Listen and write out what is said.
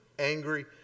angry